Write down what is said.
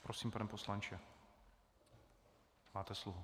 Prosím, pane poslanče, máte slovo.